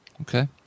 Okay